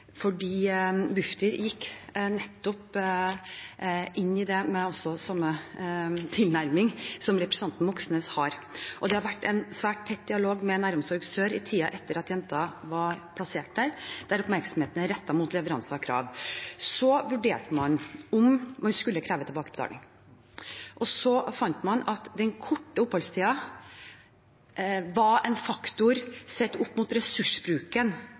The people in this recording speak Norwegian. Bufdir gikk nettopp inn i det med samme tilnærming som representanten Moxnes har. Det har vært en svært tett dialog med Næromsorg sør i tiden etter at jenta var plassert der, der oppmerksomheten var rettet mot leveranser og krav. Man vurderte om man skulle kreve tilbakebetaling. Man fant ut at den korte oppholdstiden var en faktor sett opp mot ressursbruken